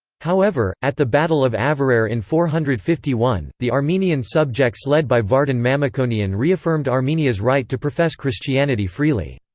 however, at the battle of avarayr in four hundred and fifty one, the armenian subjects led by vardan mamikonian reaffirmed armenia's right to profess christianity freely.